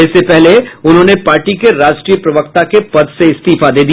इससे पहले उन्होंने पार्टी के राष्ट्रीय प्रवक्ता के पद से इस्तीफा दे दिया